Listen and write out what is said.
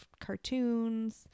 cartoons